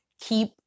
keep